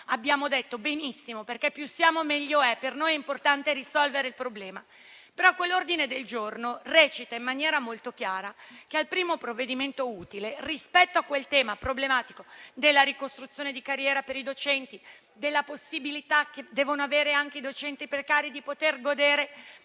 che andava benissimo, perché più siamo meglio è. Per noi è importante risolvere il problema, però quell'ordine del giorno recita in maniera molto chiara che si deve intervenire al primo provvedimento utile sul tema problematico della ricostruzione di carriera per i docenti, della possibilità che devono avere anche i docenti precari di godere